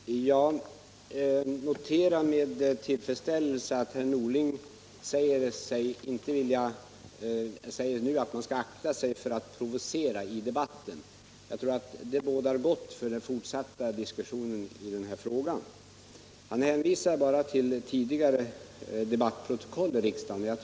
Herr talman! Jag noterar med tillfredsställelse att herr Norling säger att man skall akta sig för att provocera i debatten. Det bådar gott för den fortsatta diskussionen i den här frågan. Han hänvisar bara till tidigare debattprotokoll i riksdagen.